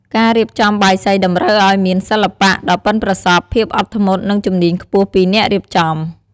ការរៀបចំបាយសីតម្រូវឱ្យមាន សិល្បៈ ដ៏ប៉ិនប្រសប់ ភាពអត់ធ្មត់ និងជំនាញខ្ពស់ពីអ្នករៀបចំ។